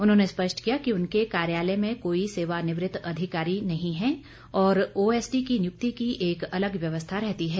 उन्होंने स्पष्ट किया कि उनके कार्यालय में कोई सेवानिवृत अधिकारी नहीं है और ओएसडी की नियुक्ति की एक अलग व्यवस्था रहती है